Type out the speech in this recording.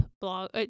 blog